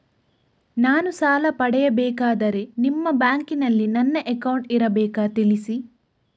ನಾನು ಸಾಲ ಪಡೆಯಬೇಕಾದರೆ ನಿಮ್ಮ ಬ್ಯಾಂಕಿನಲ್ಲಿ ನನ್ನ ಅಕೌಂಟ್ ಇರಬೇಕಾ ತಿಳಿಸಿ?